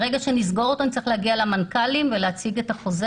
ברגע שנסגור נצטרך להגיע למנכ"לים ולהשיג את החוזה